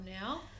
now